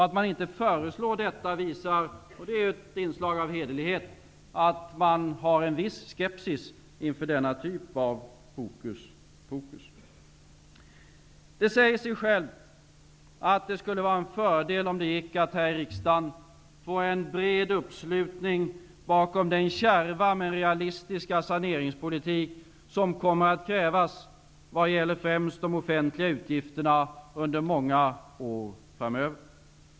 Att man inte föreslår detta visar -- det är ett inslag av hederlighet -- att man har en viss skepsis inför denna typ av hokuspokus. Det säger sig självt att det skulle vara en fördel om det gick att här i riksdagen få en bred uppslutning bakom den kärva men realistiska saneringspolitik som kommer att krävas, främst vad gäller de offentliga utgifterna, under många år framöver.